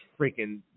freaking